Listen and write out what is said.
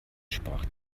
sprach